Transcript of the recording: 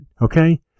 okay